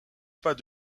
pas